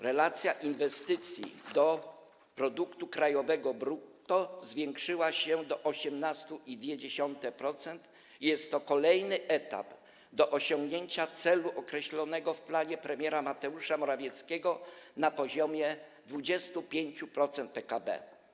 Relacja inwestycji do produktu krajowego brutto zwiększyła się do 18,2% i jest to kolejny etap do osiągnięcia celu określonego w planie premiera Mateusza Morawieckiego na poziomie 25% PKB.